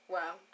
Wow